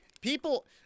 People